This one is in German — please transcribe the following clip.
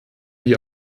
die